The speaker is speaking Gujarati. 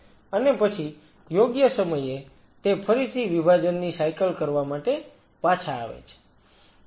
અને પછી યોગ્ય સમયે તે ફરીથી વિભાજનની સાયકલ કરવા માટે પાછા આવે છે